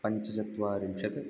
पञ्चचत्वारिंशत्